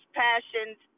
passions